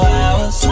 hours